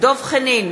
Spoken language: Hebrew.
דב חנין,